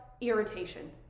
irritation